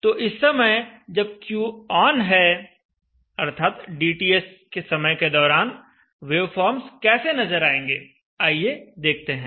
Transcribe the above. तो इस समय जब Q ऑन हैं अर्थात dTS समय के दौरान वेवफॉर्म्स कैसे नजर आएंगे आइए देखते हैं